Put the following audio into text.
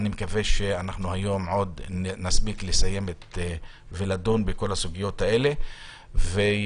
אני מקווה שהיום נספיק לדון בכל הסוגיות הללו ונצביע,